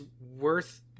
worth